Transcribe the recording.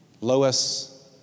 Lois